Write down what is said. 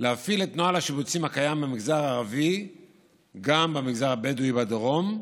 להפעיל את נוהל השיבוצים הקיים במגזר הערבי גם במגזר הבדואי בדרום,